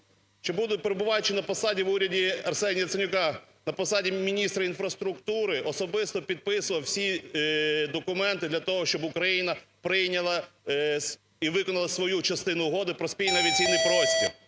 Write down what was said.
назад. Ще перебуваючи на посаді в уряді Арсенія Яценюка, на посаді міністра інфраструктури, особисто підписував всі документи для того, щоб Україна прийняла і виконала свою частину Угоди про спільний авіаційний простір.